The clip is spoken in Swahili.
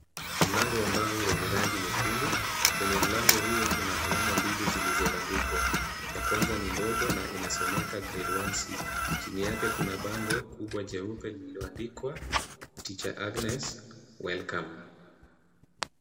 Mlango wa mbao wenye rangi nyekundu. Kwenye mlango huo kuna alama mbili zilizobandikwa; ya kwanza ni ndogo na inasomeka GRED 1C . Chini yake kuna bango kubwa jeupe lililoandikwa Tr. AGNES, WELCOME .